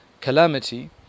calamity